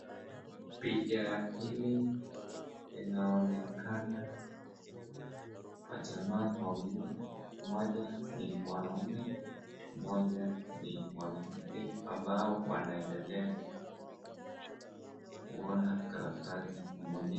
Picha hili inaonekana na jamaa wawili mmoja ni mwanamume mmoja ni mwanamke ambao wanaendelea kuona karatasi moja.